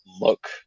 look